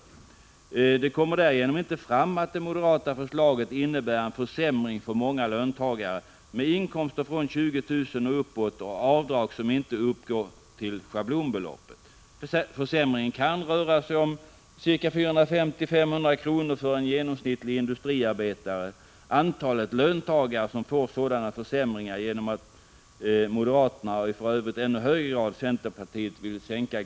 På det sättet kommer det inte fram att det moderata förslaget innebär en försämring för många löntagare som har inkomster från 20 000 kr. och uppåt och som har avdrag som inte uppgår till schablonbeloppet. Det kan röra sig om en försämring med 450-500 kr. för en genomsnittlig industriarbetare. Ett stort antal löntagare får sådana här försämringar till följd av den sänkning av grundavdraget som moderaterna, och för övrigt i ännu högre grad centerpartiet, vill ha.